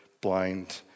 blind